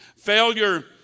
Failure